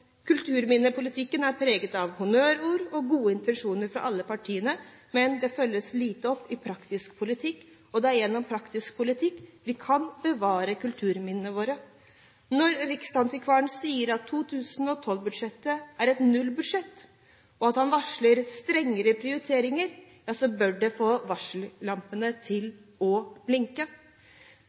Kulturminnepolitikken er preget av honnørord og gode intensjoner fra alle partiene, men det følges lite opp i praktisk politikk, og det er gjennom praktisk politikk vi kan bevare kulturminnene våre. Når riksantikvaren sier at 2012-budsjettet er et nullbudsjett, og når han varsler strengere prioriteringer, så bør det få varsellampene til å blinke.